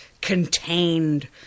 contained